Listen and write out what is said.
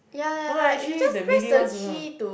no leh actually the melee ones also